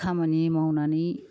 खामानि मावनानै